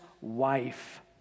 wife